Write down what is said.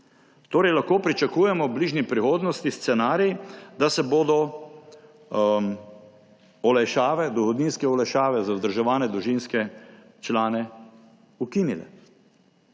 Torej lahko pričakujemo v bližnji prihodnosti scenarij, da se bodo dohodninske olajšave za vzdrževane družinske člane ukinile.